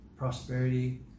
prosperity